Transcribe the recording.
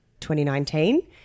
2019